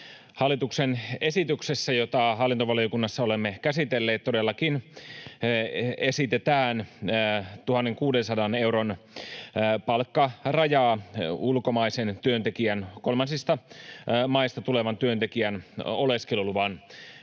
hallituksen esityksessä, jota hallintovaliokunnassa olemme käsitelleet, todellakin esitetään 1 600 euron palkkarajaa ulkomaisen työntekijän, kolmansista maista tulevan työntekijän, oleskeluluvan